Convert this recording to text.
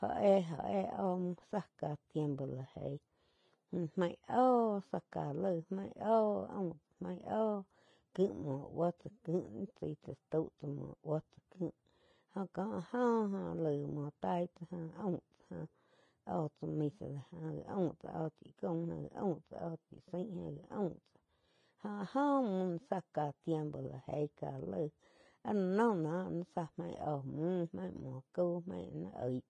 Jó éhjo éh óh mu záh ká tiempo la jeí main óh záh cá laig main óh aum tsáh main óh. Kim muoh buo tsá kih ni tsaí tsá tau tsá muo buo tsáh jóh kó áh joh óh laig muo taí tsáh jo aum tsá óh tsá misa jóh aum tsá óh chí caum, aum tsá óh chí zain aum jó áhh joh muh zá ká tiempo la jeí ká laig áh la no zá maig óh muh maig muo caú maig ni oig